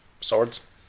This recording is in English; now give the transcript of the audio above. Swords